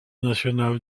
national